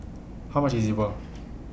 How much IS E Bua